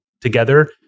together